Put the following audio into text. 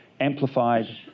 amplified